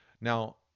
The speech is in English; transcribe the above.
Now